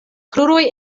kruroj